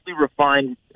refined